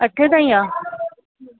अठे ताईं आहे